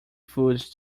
foods